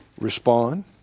respond